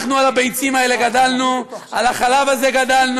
אנחנו, על הביצים האלה גדלנו, על החלב הזה גדלנו.